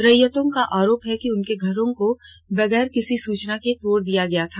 रैयतों का आरोप है कि उनके घरों को बगैर किसी सूचना तोड़ दिया गया था